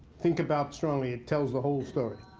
think about strongly. it tells the whole story.